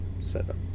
setup